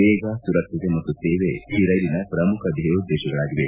ವೇಗ ಸುರಕ್ಷತೆ ಮತ್ತು ಸೇವೆ ಈ ರೈಲಿನ ಪ್ರಮುಖ ಧೇಯೋದ್ದೇಶಗಳಾಗಿವೆ